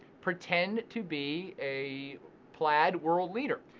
pretend to be a plaid world leader.